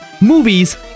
movies